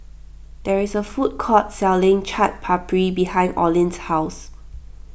there is a food court selling Chaat Papri behind Oline's house